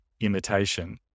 imitation